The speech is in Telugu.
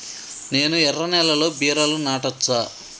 నేను ఎర్ర నేలలో బీరలు నాటచ్చా?